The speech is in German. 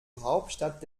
hauptstadt